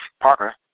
Parker